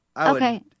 Okay